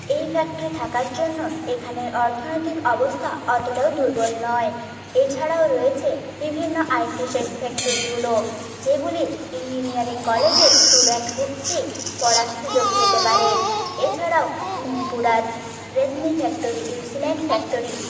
এই ফ্যাক্টরি থাকার জন্য এখানের অর্থনৈতিক অবস্থা অতটাও দুর্বল নয় এছাড়াও রয়েছে বিভিন্ন আই টি ফ্যাক্টরিগুলো যেগুলির ইঞ্জিনিয়ারিং কলেজের স্টুডেন্ট কর্তৃক পড়ার সুযোগ পেতে পারে এছাড়াও নিমপুরার রেশমী ফ্যাক্টরি সিমেন্ট ফ্যাক্টরি